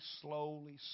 slowly